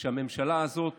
זה שהממשלה הזאת